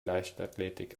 leichtathletik